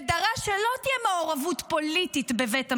ודרש שלא תהיה מעורבות פוליטית בבית המשפט,